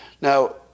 Now